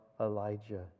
Elijah